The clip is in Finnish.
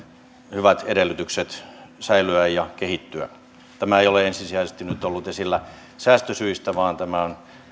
hyvät edellytykset säilyä ja kehittyä tämä ei ole ensisijaisesti nyt ollut esillä säästösyistä vaan tämä on